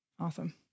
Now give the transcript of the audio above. Awesome